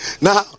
Now